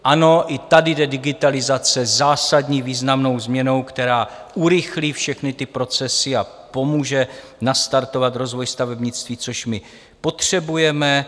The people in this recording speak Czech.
Ano, i tady je digitalizace zásadní, významnou změnou, která urychlí všechny ty procesy a pomůže nastartovat rozvoj stavebnictví, což my potřebujeme.